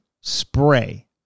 spray